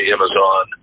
Amazon